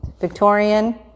Victorian